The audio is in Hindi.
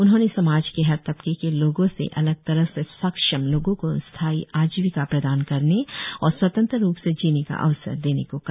उन्होंने समाज के हर तबके के लोगों से अलग तरह से सक्षम लोगों को स्थायी आजीविका प्रदान करने और स्वतंत्र रुप से जीने का अवसर देने को कहा